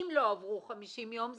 אם לא עברו 50 יום,